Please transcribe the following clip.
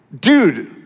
dude